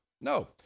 No